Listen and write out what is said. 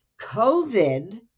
COVID